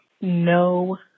No